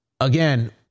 Again